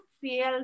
feel